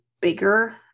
bigger